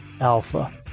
alpha